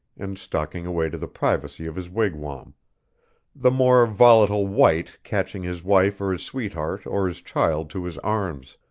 and stalking away to the privacy of his wigwam the more volatile white catching his wife or his sweetheart or his child to his arms.